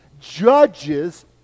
judges